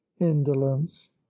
indolence